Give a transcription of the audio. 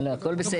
לא, ברור.